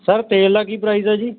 sir ਤੇਲ ਦਾ ਕੀ ਪ੍ਰਾਈਜ਼ ਆ ਜੀ